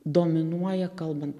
dominuoja kalbant